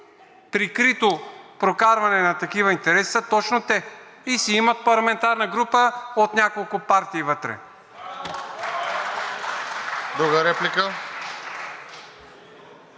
прикрито прокарване на такива интереси са точно те и си имат парламентарна група от няколко партии вътре.